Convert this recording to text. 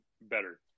better